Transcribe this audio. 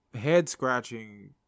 head-scratching